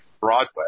Broadway